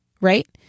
right